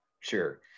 Sure